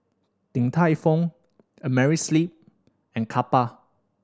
Din Tai Fung Amerisleep and Kappa